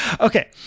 Okay